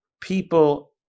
People